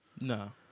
No